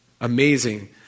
amazing